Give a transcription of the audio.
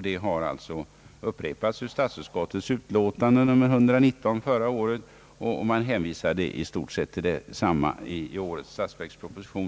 Detta har alltså upprepats i statsutskottets utlåtande nr 119 förra året, och man hänvisade i stort sett till detsamma i årets statsverksproposition.